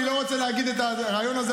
אני לא רוצה להגיד את הרעיון הזה,